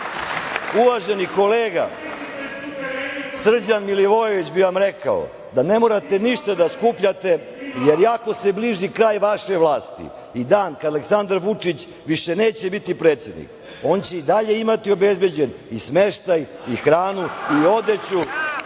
uvaženi kolega Srđan Milivojević bi vam rekao da ne morate ništa da skupljate, jer iako se bliži kraj vaše vlasti i dan kada Aleksandar Vučić više neće biti predsednik, on će i dalje imati obezbeđen i smeštaj i hranu i odeću